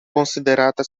konsiderata